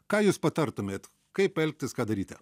ką jūs patartumėt kaip elgtis ką daryti